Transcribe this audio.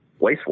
wastewater